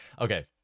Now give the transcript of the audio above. Okay